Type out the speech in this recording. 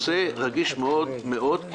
הרי הרעיון המרכזי של הוועדה הזאת הוא